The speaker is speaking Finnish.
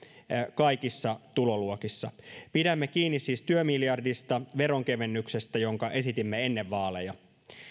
kaikissa tuloluokissa pidämme kiinni siis työmiljardista veronkevennyksestä jonka esitimme ennen vaaleja